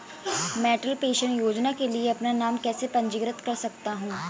मैं अटल पेंशन योजना के लिए अपना नाम कैसे पंजीकृत कर सकता हूं?